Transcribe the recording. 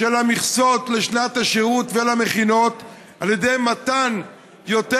את המכסות לשנת השירות ולמכינות על ידי מתן יותר